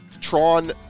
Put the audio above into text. Tron